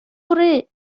پره